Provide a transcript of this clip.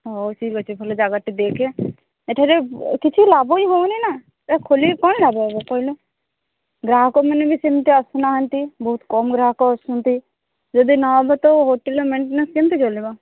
ହଉ ଠିକ୍ ଅଛି ଭଲ ଜାଗାଟେ ଦେଖେ ଏଠାରେ କିଛି ଲାଭ ହିଁ ହେଉନି ନା ଏ ଖୋଲିକି କ'ଣ ଲାଭ ହେବ କହିଲ ଗ୍ରାହକମାନେ ବି ସେମିତି ଆସୁନାହାନ୍ତି ବହୁତ କମ ଗ୍ରାହକ ଆସୁଛନ୍ତି ଯଦି ନହେବ ତ ହୋଟେଲର ମେଣ୍ଟେନାନ୍ସ କେମିତି ଚାଲିବ